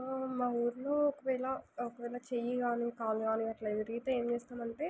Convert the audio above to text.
ఆ మా ఊర్లో ఒకవేళ ఒకవేళ చెయ్యి గానీ కాలు గానీ అట్లా విరిగితే ఏం చేస్తామంటే